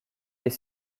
est